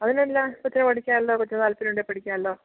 അതിനെന്നാ കൊച്ചിന് പഠിക്കാല്ലോ കൊച്ചിന് താല്പര്യമുണ്ടേൽ പഠിക്കാമല്ലോ